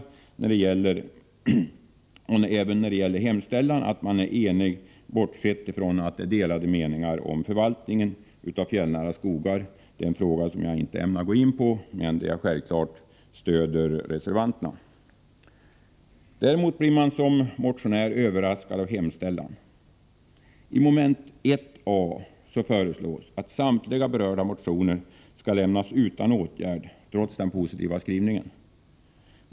Enighet råder även när det gäller hemställan, bortsett från de delade meningar som finns om förvaltningen av fjällnära skogar. Det är en fråga som jaginte ämnar gå in på, men jag stöder självklart reservantion nr 3. Däremot blir man som motionär överraskad av hemställan. I mom. 1 a föreslås att samtliga berörda motioner skall lämnas utan åtgärd trots den positiva skrivningen.